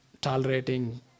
tolerating